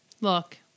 Look